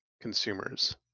consumers